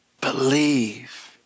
believe